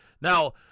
Now